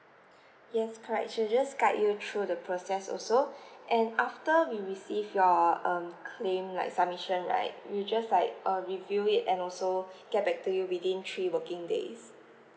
yes correct she just guide you through the process also and after we receive your um claim like submission right we just like uh review it and also get back to you within three working days